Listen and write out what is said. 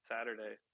Saturday